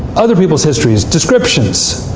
other people's histories, descriptions.